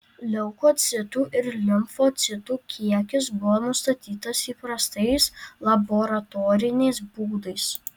leukocitų ir limfocitų kiekis buvo nustatytas įprastais laboratoriniais būdais